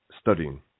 studying